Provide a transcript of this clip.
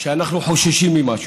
שאנחנו חוששים ממשהו.